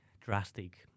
drastic